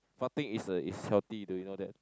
farting is a is healthy do you know that